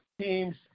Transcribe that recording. teams